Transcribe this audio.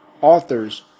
authors